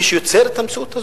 מי שיוצר את המציאות הזאת.